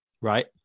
right